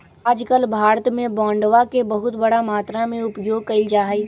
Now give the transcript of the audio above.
आजकल भारत में बांडवा के बहुत बड़ा मात्रा में उपयोग कइल जाहई